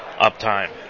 Uptime